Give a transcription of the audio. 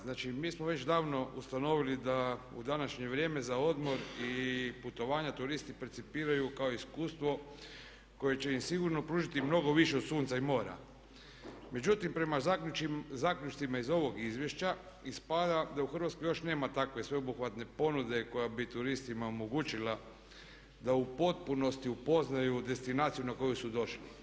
Znači mi smo već davno ustanovili da u današnje vrijeme za odmor i putovanja turisti percipiraju kao iskustvo koje će im sigurno pružiti mnogo više od sunca i mora, međutim prema zaključcima iz ovog izvješća ispada da u Hrvatskoj još nema takve sveobuhvatne ponude koja bi turistima omogućila da u potpunosti upoznaju destinaciju na koju su došli.